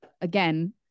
again